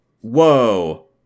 whoa